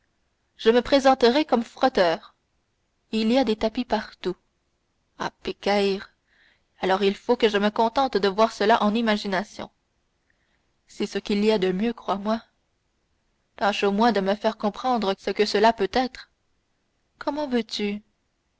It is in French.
je me présenterai comme frotteur il y a des tapis partout ah pécaïre alors il faut que je me contente de voir cela en imagination c'est ce qu'il y a de mieux crois-moi tâche au moins de me faire comprendre ce que cela peut être comment veux-tu